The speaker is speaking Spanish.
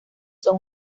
son